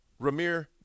Ramir